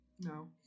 No